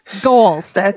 goals